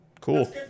Cool